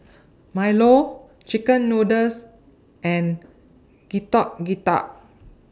Milo Chicken Noodles and Getuk Getuk